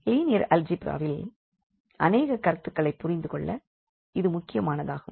linear அல்ஜீப்ராவில் அநேக கருத்துக்களைப் புரிந்து கொள்ள இது முக்கியமானதாகும்